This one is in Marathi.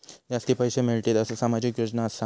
जास्ती पैशे मिळतील असो सामाजिक योजना सांगा?